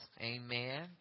Amen